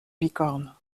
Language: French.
bicorne